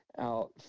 out